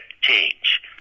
change